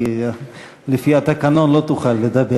כי לפי התקנון לא תוכל לדבר.